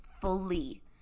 fully